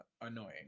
annoying